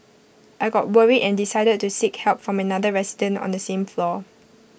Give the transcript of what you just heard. I got worried and decided to seek help from another resident on the same floor